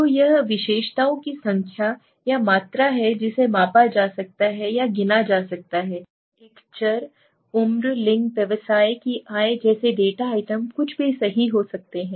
तो यह विशेषताओं की संख्या या मात्रा है जिसे मापा जा सकता है या गिना जा सकता है एक चर उम्र लिंग व्यवसाय की आय जैसे डेटा आइटम कुछ भी सही हो सकते हैं